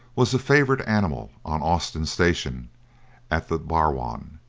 was a favoured animal on austin's station at the barwon.